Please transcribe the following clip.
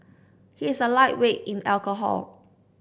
he is a lightweight in alcohol